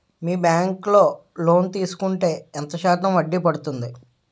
మీ bank లో loan తీసుకుంటే ఎంత శాతం వడ్డీ పడ్తుంది?